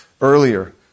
earlier